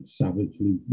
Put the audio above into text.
savagely